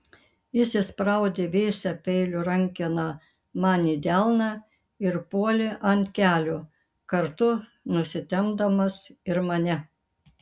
jis įspraudė vėsią peilio rankeną man į delną ir puolė ant kelių kartu nusitempdamas ir mane